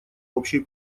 общей